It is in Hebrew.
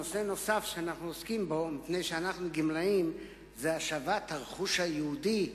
נושא נוסף שאנחנו עוסקים בו מפני שאנחנו גמלאים הוא השבת הרכוש היהודי,